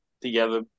together